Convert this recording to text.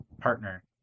partner